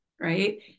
right